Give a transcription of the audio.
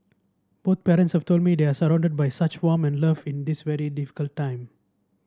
both parents have told me they are surrounded by such warm and love in this very difficult time